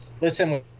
listen